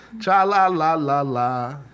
Cha-la-la-la-la